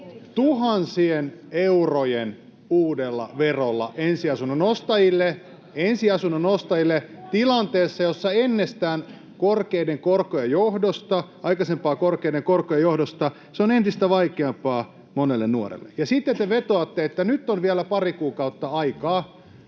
tuhansien eurojen uusi vero ensiasunnon ostajille tilanteessa, jossa ennestään korkeiden korkojen johdosta, aikaisempaa korkeampien korkojen johdosta, se on entistä vaikeampaa monelle nuorelle. Ja sitten te vetoatte, että nyt on vielä pari kuukautta aikaa